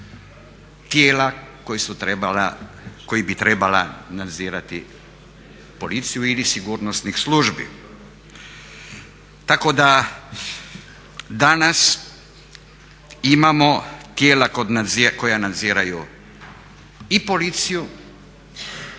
tijela koja bi trebala nadzirati policiju ili sigurnosnih službi. Tako da danas imamo tijela koja nadziru i policiju